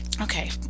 Okay